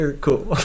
Cool